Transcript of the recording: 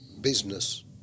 business